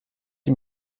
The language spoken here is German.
ihm